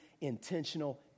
intentional